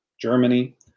Germany